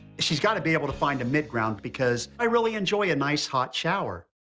she's got to be able to find a mid ground, because i really enjoy a nice, hot shower.